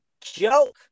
joke